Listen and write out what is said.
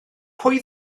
pwy